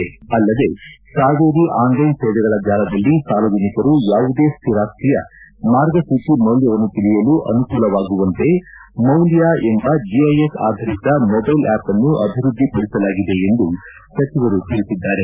ಅಲ್ಲದೆ ಕಾವೇರಿ ಆನ್ಲೈನ್ ಸೇವೆಗಳ ಜಾಲದಲ್ಲಿ ಸಾರ್ವಜನಿಕರು ಯಾವುದೇ ಸ್ಥಿರಾಸ್ತಿಯ ಮಾರ್ಗಸೂಚಿ ಮೌಲ್ಯವನ್ನು ತಿಳಿಯಲು ಅನುಕೂಲವಾಗುವಂತೆ ಮೌಲ್ಯ ಎಂಬ ಜಿಐಎಸ್ ಆಧರಿತ ಮೊಬೈಲ್ ಆ್ಯಪ್ ಅನ್ನು ಅಭಿವೃದ್ಧಿ ಪಡಿಸಲಾಗಿದೆ ಎಂದು ಸಚಿವರು ತಿಳಿಸಿದರು